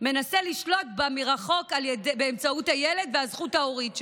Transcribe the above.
מנסה לשלוט בה מרחוק באמצעות הילד והזכות ההורית שלו.